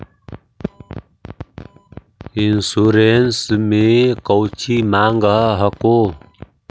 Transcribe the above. Insurance मे कौची माँग हको?